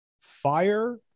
fire